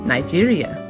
Nigeria